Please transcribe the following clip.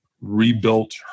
rebuilt